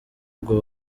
bwo